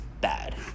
bad